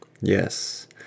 Yes